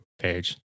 page